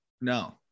No